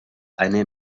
eine